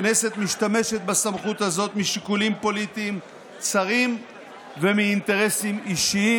הכנסת משתמשת בסמכות הזאת משיקולים פוליטיים צרים ומאינטרסים אישיים.